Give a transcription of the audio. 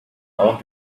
off